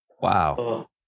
Wow